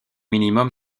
minimum